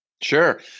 Sure